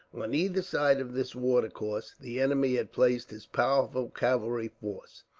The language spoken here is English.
on either side of this watercourse the enemy had placed his powerful cavalry force.